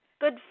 good